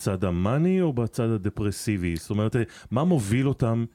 בצד המאני או בצד הדפרסיבי? זאת אומרת, מה מוביל אותם?